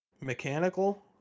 mechanical